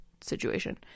situation